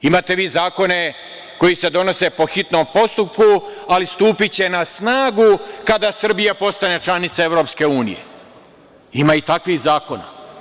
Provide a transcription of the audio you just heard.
Imate vi zakone koji se donose po hitnom postupku, ali stupiće na snagu kada Srbija postane članica EU, ima i takvih zakona.